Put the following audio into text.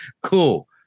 cool